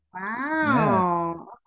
wow